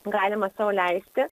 galima sau leisti